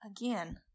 again